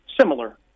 Similar